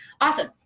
Awesome